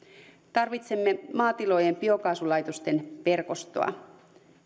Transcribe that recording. tarvitsemme maatilojen biokaasulaitosten verkostoa